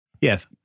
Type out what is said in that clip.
Yes